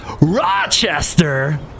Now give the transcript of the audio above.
Rochester